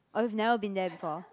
oh you've never been there before